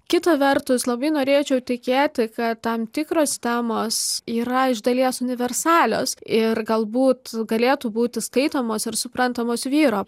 kita vertus labai norėčiau tikėti kad tam tikros temos yra iš dalies universalios ir galbūt galėtų būti skaitomos ir suprantamos vyro